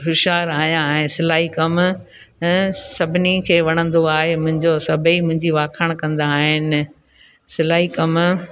होशियार आहियां ऐं सिलाई कमु सभिनी खे वणंदो आहे मुंहिंजो सभई मुंहिंजी वाखाण कंदा आहिनि सिलाई कमु